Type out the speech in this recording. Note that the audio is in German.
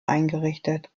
eingerichtet